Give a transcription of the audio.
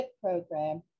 program